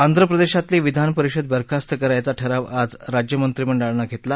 आंध्र प्रदेशातली विधान परिषद बरखास्त करायचा ठराव आज राज्यमंत्रिमंडळानं घेतला